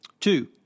Two